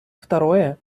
второе